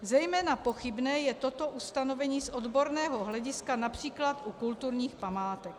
Zejména pochybné je toto ustanovení z odborného hlediska například u kulturních památek.